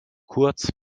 kurz